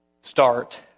start